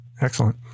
Excellent